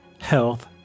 health